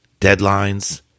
deadlines